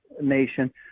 nation